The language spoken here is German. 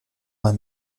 mal